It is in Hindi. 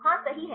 हा सही है